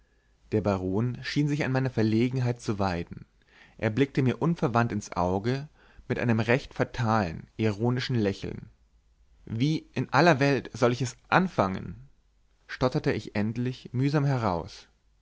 der baron schien sich an meiner verlegenheit zu weiden er blickte mir unverwandt ins auge mit einem recht fatalen ironischen lächeln wie in aller welt sollte ich es anfangen stotterte ich endlich mühsam heraus